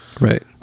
Right